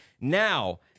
Now